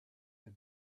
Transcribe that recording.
your